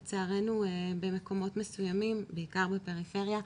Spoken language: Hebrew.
לצערנו, במקומות מסוימים, בעיקר בפריפריה,